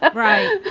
ah right.